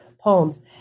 poems